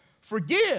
forgive